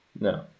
No